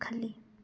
ꯈꯜꯂꯤ